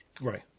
Right